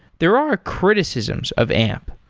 there are criticisms of amp,